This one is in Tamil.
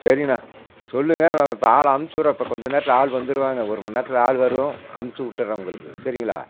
சரிண்ணா சொல்லுங்கள் நான் இப்போ ஆளு அனுச்சுட்றேன் இப்போ கொஞ்ச நேரத்தில் ஆள் வந்துருவாங்க ஒரு மணி நேரத்தில் ஆள் வரும் அனுச்சுட்டுறேன் உங்களுக்கு சரிங்களா